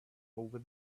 over